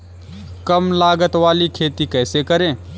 कम लागत वाली खेती कैसे करें?